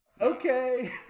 okay